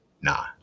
nah